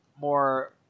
more